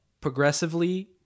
progressively